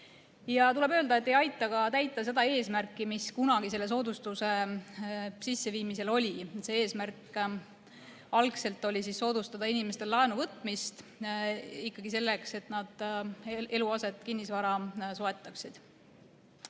Tuleb öelda, et see ei aita ka täita seda eesmärki, mis kunagi selle soodustuse sisseviimisel oli. See eesmärk oli soodustada laenuvõtmist, ikkagi selleks, et inimesed eluaset, kinnisvara soetaksid.